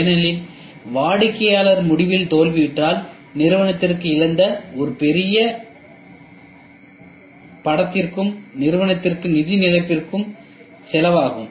ஏனெனில் வாடிக்கையாளர் முடிவில் தோல்வியுற்றால் நிறுவனத்திற்கு இழந்த ஒரு பெரிய நிலைக்கும் நிறுவனத்திற்கு நிதி இழப்பிற்கும் செலவாகும்